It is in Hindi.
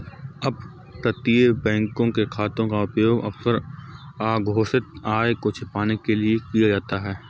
अपतटीय बैंकों के खातों का उपयोग अक्सर अघोषित आय को छिपाने के लिए किया जाता था